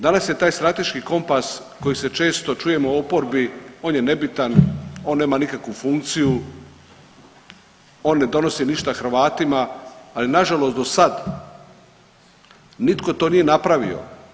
Danas je taj Strateški kompas koji se često čujemo u oporbi, on je nebitan, on nema nikakvu funkciju, on ne donosi ništa Hrvatima, ali nažalost do sad nitko to nije napravio.